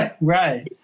Right